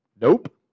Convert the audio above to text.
Nope